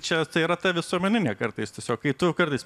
čia tai yra ta visuomeninė kartais tiesiog kai tu kartais